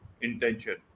intention